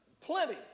plenty